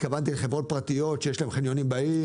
התכוונתי לחברות פרטיות שיש להן חניונים בעיר.